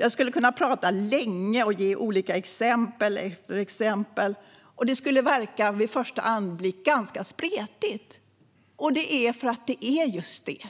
Jag skulle kunna prata länge och ge exempel efter exempel. Det skulle vid en första anblick verka spretigt, och det är för att det är just det.